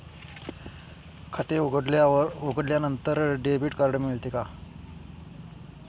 खाते उघडल्यानंतर debit card मिळते का?